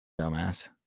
Dumbass